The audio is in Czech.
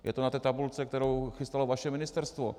Je to na té tabulce, kterou připravilo vaše ministerstvo.